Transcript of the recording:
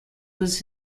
was